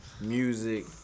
Music